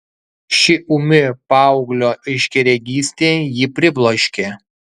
ši ūmi paauglio aiškiaregystė jį pribloškė